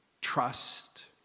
trust